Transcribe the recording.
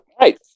right